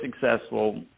successful